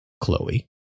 Chloe